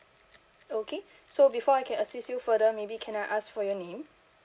okay so before I can assist you further maybe can I ask for your name